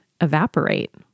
evaporate